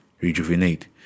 rejuvenate